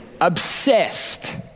obsessed